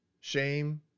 shame